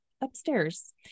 upstairs